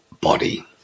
body